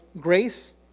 grace